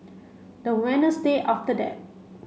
the after that